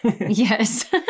yes